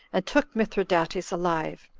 and took mithridates alive,